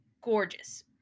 Gorgeous